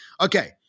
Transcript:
Okay